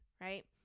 Right